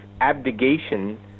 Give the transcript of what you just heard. abdication